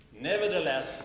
Nevertheless